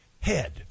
head